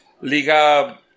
Liga